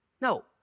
No